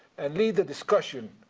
and lead the discussion,